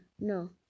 No